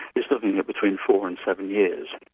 is looking at between four and seven years.